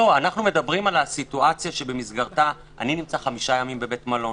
אנחנו מדברים על סיטואציה שבמסגרתה אני נמצא חמישה ימים בבית מלון,